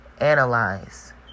Analyze